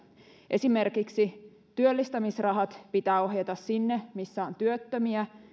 esimerkiksi työllistämisrahat pitää ohjata sinne missä on työttömiä